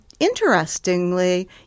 Interestingly